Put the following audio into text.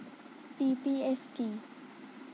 PPF কি?